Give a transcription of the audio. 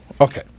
Okay